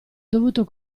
dovuto